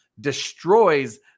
destroys